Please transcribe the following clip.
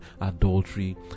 adultery